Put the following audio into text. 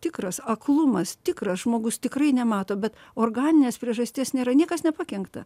tikras aklumas tikras žmogus tikrai nemato bet organinės priežasties nėra niekas nepakenkta